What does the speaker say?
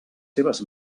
seves